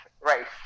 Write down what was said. race